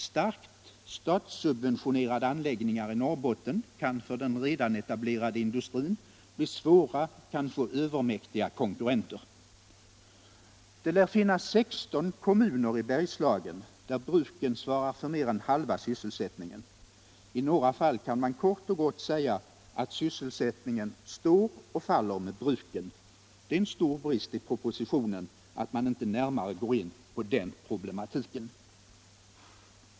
Starkt statssubventionerade anläggningar i Norrbotten kan för den redan etablerade industrin bli svåra — kanske övermäktiga — konkurrenter. Det lär finnas sexton kommuner i Bergslagen där bruken svarar för mer än halva sysselsättningen. I några fall kan man kort och gott säga att sysselsättningen står och faller med bruken. Det är en stor brist i propositionen att man inte närmare går in på den problematiken.